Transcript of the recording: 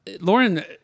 Lauren